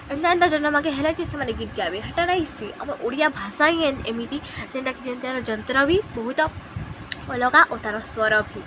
ଏନ୍ତା ଏନ୍ତା ଯନ୍ତ୍ରମାନ୍କେ ହେଲା ଯେଇ ସେମାନେ ଗୀତ୍ ଗାଏବେ ହେଟା ନାଇଁସେ ଆମ ଓଡ଼ିଆ ଭାଷା ହିଁ ଏ ଏମିତି ଯେନ୍ଟାକି ଯେ ତାର୍ ଯନ୍ତ୍ର ବି ବହୁତ୍ ଅଲଗା ଓ ତା'ର ସ୍ୱର ବି